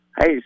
Hey